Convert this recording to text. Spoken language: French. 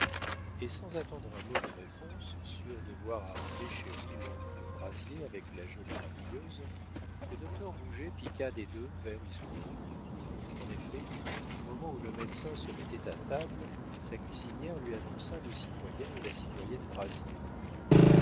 et sans attendre un mot de réponse sûr de voir arriver chez lui l'oncle brazier avec la jolie rabouilleuse le docteur rouget piqua des deux vers issoudun en effet au moment où le médecin se mettait à table sa cuisinière lui annonça le citoyen et la citoyenne brazier